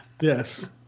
Yes